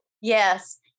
Yes